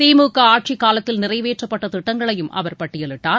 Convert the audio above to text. திமுக ஆட்சி காலத்தில் நிறைவேற்றப்பட்ட திட்டங்களையும் அவர் பட்டியலிட்டார்